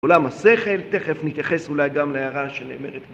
עולם השכל, תכף נתייחס אולי גם להערה שנאמרת